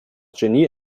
genie